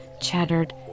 chattered